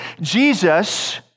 Jesus